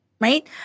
Right